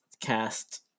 cast